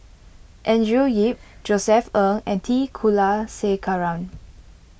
Andrew Yip Josef Ng and T Kulasekaram